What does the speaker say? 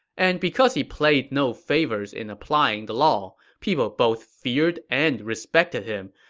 and because he played no favors in applying the law, people both feared and respected him,